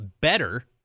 better